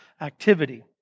activity